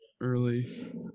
early